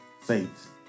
faith